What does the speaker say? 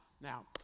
now